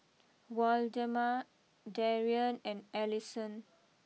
Waldemar Darien and Allison